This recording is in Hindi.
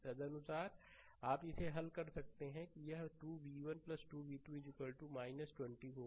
तदनुसार आप इसे हल कर सकते हैं कि यह 2 v1 v2 20 होगा